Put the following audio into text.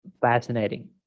fascinating